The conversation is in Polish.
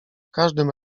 każdym